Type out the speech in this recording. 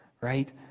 right